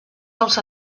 dels